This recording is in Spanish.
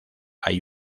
hay